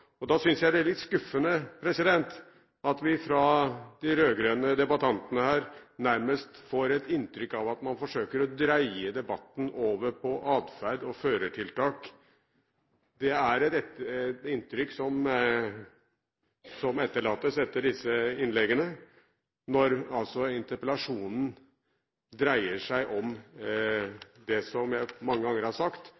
og jeg synes det er litt skuffende at vi får et inntrykk av at de rød-grønne debattantene nærmest forsøker å dreie debatten over på adferd og førertiltak. Deres innlegg etterlater et slikt inntrykk, men interpellasjonen dreier seg altså om noe som